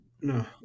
No